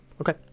Okay